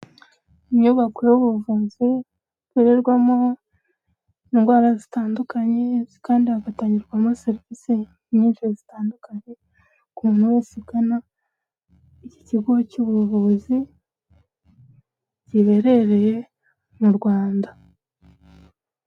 Inyubako y'ubuvuzi ivurirwamo indwara zitandukanye kandi hagatangirwamo serivisi nyinshi zitandukanye ku muntu wese ugana iki kigo cy'ubuvuzi, giherereye mu Rwanda.